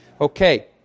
Okay